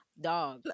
dog